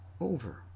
over